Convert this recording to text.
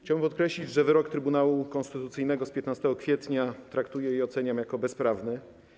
Chciałbym podkreślić, że wyrok Trybunału Konstytucyjnego z 15 kwietnia traktuję i oceniam jako bezprawny.